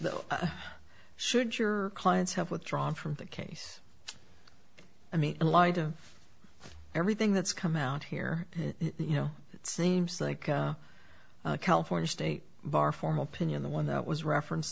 though should your clients have withdrawn from the case i mean in light of everything that's come out here you know it seems like california state bar form opinion the one that was reference